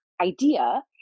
idea